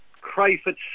Crayford